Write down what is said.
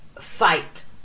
fight